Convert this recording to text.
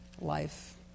life